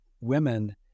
women